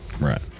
Right